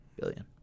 Billion